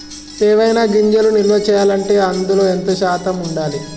ఏవైనా గింజలు నిల్వ చేయాలంటే అందులో ఎంత శాతం ఉండాలి?